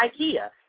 Ikea